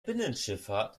binnenschifffahrt